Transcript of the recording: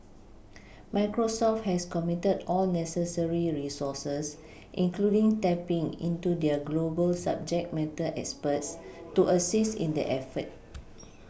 Microsoft has committed all necessary resources including tapPing into their global subject matter experts to assist in the effort